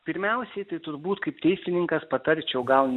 pirmiausiai tai turbūt kaip teisininkas patarčiau gal